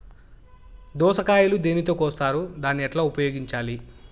దోస కాయలు దేనితో కోస్తారు దాన్ని ఎట్లా ఉపయోగించాలి?